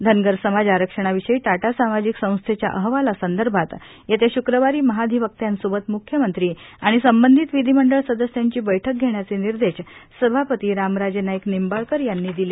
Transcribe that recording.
धनगर समाज आरक्षणाविषयी टाटा सामाजिक संस्थेच्या अहवालासंदर्भात येत्या शक्रवारी महाधिवक्यांसोबत म्ख्यमंत्री आणि संबंधित विधीमंडळ सदस्यांची बैठक घेण्याचे निर्देश सभापती रामराजे नाईक निंबाळकर यांनी दिले